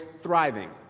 thriving